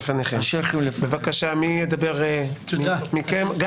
בבקשה מי ידבר מכם?